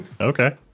Okay